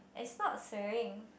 it's not swearing